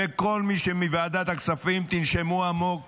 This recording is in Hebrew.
ומכל מי שמוועדת הכספים: תנשמו עמוק